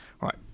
Right